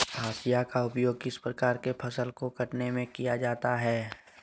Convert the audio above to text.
हाशिया का उपयोग किस प्रकार के फसल को कटने में किया जाता है?